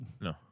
No